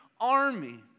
army